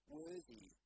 worthy